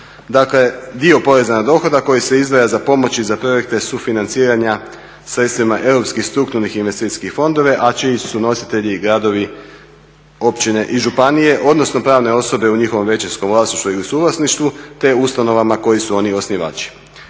Dakle, dio poreza na dohodak koji se izdvaja za pomoć i za projekte sufinanciranja sredstvima europskih strukturnih i investicijskih fondova, a čiji su nositelji gradovi, općine i županije, odnosno pravne osobe u njihovom većinskom vlasništvu ili suvlasništvu te ustanovama kojih su oni osnivači.